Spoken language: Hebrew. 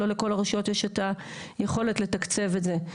לא לכל הרשויות יש את היכולת לתקצב את זה.